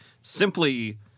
simply